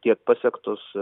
tiek pasiektus